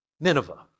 Nineveh